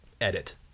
edit